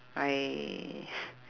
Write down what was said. I